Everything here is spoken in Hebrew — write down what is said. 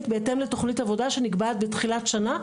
בהתאם לתכנית עבודה שנקבעת בתחילת שנה,